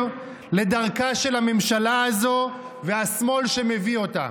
לדרכה של הממשלה הזו והשמאל שמביא אותה.